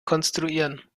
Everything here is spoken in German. konstruieren